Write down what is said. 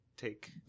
take